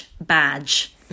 badge